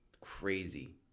crazy